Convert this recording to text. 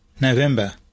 November